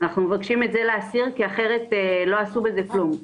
אנו מבקשים את זה להסיר אחרת לא עשו בזה כלום.